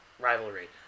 rivalry